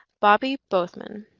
bobby bothmann.